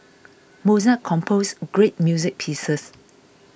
Mozart composed great music pieces